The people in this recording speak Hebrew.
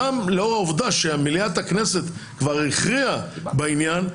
גם לאור העובדה שמליאת הכנסת כבר הכריעה בעניין,